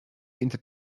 into